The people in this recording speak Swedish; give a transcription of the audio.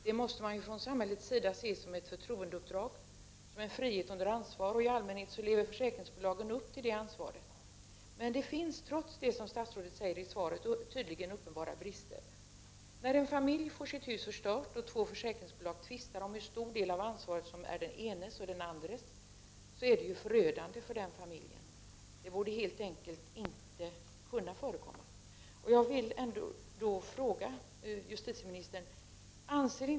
Det måste man från samhällets sida se som ett förtroendeuppdrag, som en frihet under ansvar. I allmänhet lever försäkringsbolagen upp till det ansvaret, men det finns — trots vad statsrådet säger i svaret — tydligen uppenbara brister. När en familj får sitt hus förstört och två försäkringsbolag tvistar om hur stor del av ansvaret som är den enes och den andres är det förödande för den familjen. Det borde helt enkelt inte kunna förekomma.